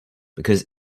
because